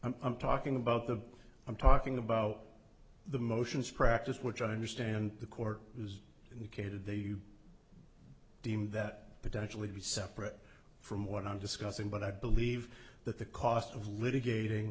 i'm talking about the i'm talking about the motions practice which i understand the court has indicated they deemed that potentially be separate from what i'm discussing but i believe that the cost of litigat